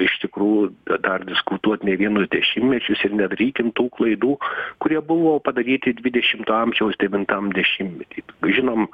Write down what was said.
iš tikrų dar diskutuot ne vienus dešimtmečius ir nedarykim tų klaidų kurie buvo padaryti dvidešimto amžiaus devintam dešimtmety žinom